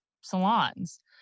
salons